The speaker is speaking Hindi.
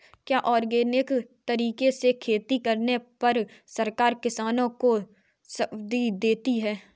क्या ऑर्गेनिक तरीके से खेती करने पर सरकार किसानों को सब्सिडी देती है?